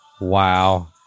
Wow